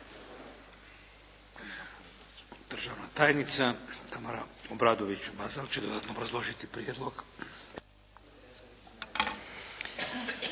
Državna tajnica Tamara Obradović Mazal će dodatno obrazložiti prijedlog.